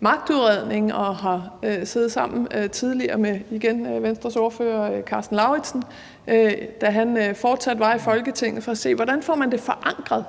magtudredning, og jeg har siddet sammen tidligere med Venstres tidligere ordfører Karsten Lauritzen, da han stadig var i Folketinget, for at se, hvordan man får det forankret.